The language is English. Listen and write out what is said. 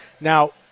now